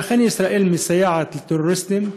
שאכן ישראל מסייעת לטרוריסטים,